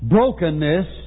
Brokenness